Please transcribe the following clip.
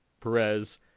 Perez